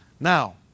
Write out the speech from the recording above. Now